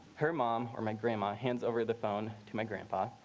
her mom or my grandma hands over the phone to my grandpa.